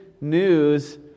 news